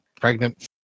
Pregnant